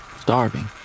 Starving